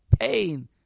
pain